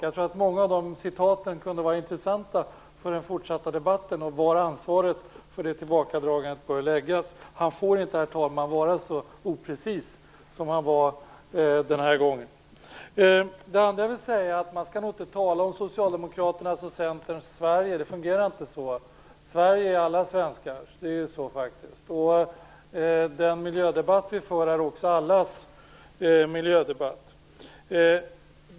Jag tror att många citat i det sammanhanget kunde vara intressanta i den fortsatta debatten, med tanke på var ansvaret för tillbakadragandet av förslaget till miljöbalk bör läggas. Dan Ericsson får inte vara så oprecis som han varit den här gången. Det andra som jag vill säga är att man nog inte skall tala om Socialdemokraternas och Centerns Sverige. Det fungerar inte på det sättet. Sverige är alla svenskars. Och den miljödebatt som vi för är också allas miljödebatt.